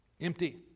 Empty